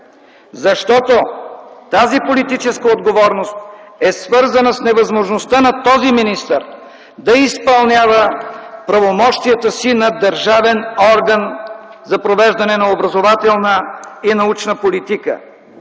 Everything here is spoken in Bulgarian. Защото тази политическа отговорност е свързана с невъзможността на този министър да изпълнява правомощията си на държавен орган за провеждане на образователна и научна политика.